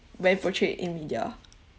when portrayed in media